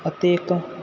ਅਤੇ ਇੱਕ